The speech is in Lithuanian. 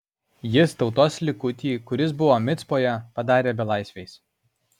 jis tautos likutį kuris buvo micpoje padarė belaisviais